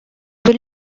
will